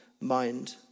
mind